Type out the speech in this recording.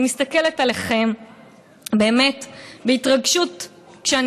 אני מסתכלת עליכם באמת בהתרגשות כשאני